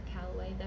Callaway